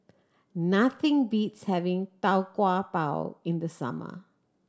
nothing beats having Tau Kwa Pau in the summer